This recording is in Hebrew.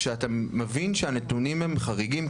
כשאתה מבין שהנתונים הם חריגים,